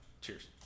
Cheers